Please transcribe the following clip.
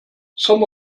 some